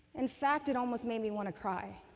in fact, it almost made me want to cry.